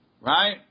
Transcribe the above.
right